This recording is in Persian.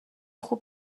خوب